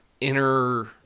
inner